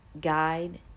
guide